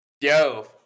Yo